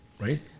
Right